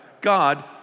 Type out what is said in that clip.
God